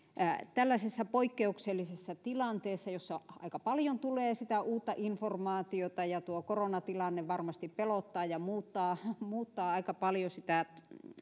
tällaisessa poikkeuksellisessa tilanteessa jossa aika paljon tulee uutta informaatiota ja tuo koronatilanne varmasti pelottaa ja muuttaa muuttaa aika paljon